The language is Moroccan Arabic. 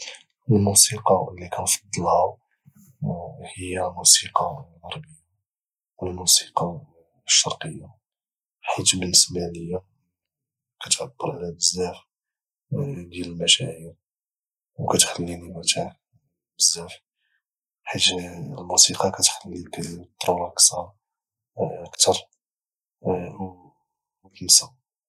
والموسيقى اللي كنفضلها هي الموسيقى الغربية والموسيقى الشرقية، حيت بالنسبة لي كتعبر على بزاف ديال المشاعر وكتخليني مرتاح بزاف حيت الموسيقى كتخليك ترولاكسا كثر وتنسى